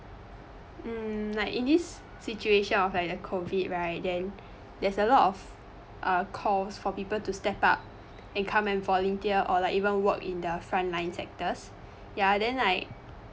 mm like in this situation of like the COVID right then there's a lot of err cause for people to step up and come like volunteer or like even work in the frontline sectors ya then like